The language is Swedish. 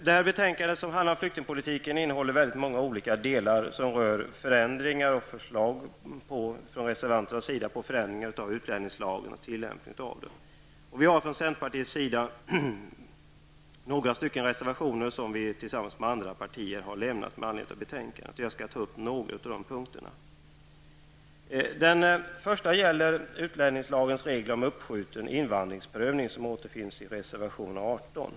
Detta betänkande som behandlar flyktingpolitiken innehåller många olika delar som rör förändringar och förslag från reservanternas sida beträffande utlänningslagen och tillämpningen av den. Vi har från centerpartiets sida några reservationer som vi tillsammans med andra har fogat till betänkandet. Jag tänker ta upp några av de punkterna. Den första punkten gäller utlänningslagens regler om uppskjuten invandringsprövning, som återfinns i reservation 18.